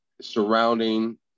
surrounding